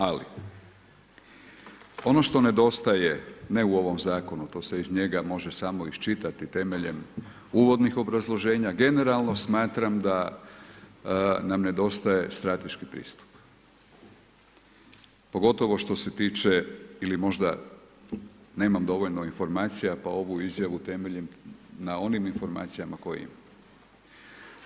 Ali, ono što nedostaje, ne u ovom zakonu, to se iz njega može samo iščitati temeljem uvodnih obrazloženja, generalno smatram da nam nedostaje strateški pristup, pogotovo što se tiče, ili možda nemam dovoljno informacija, pa ovu izjavu temeljim na onim informacijama koje imam.